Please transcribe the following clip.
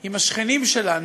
עם השכנים שלנו,